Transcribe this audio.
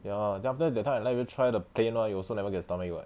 ya then after that time I let you try the plain [one] you also never get stomach ache [what]